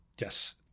Yes